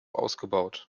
ausgebaut